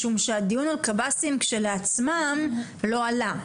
משום שהדיון על קב"סים לכשעצמם לא עלה.